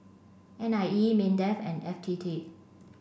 N I E MINDEF and F T T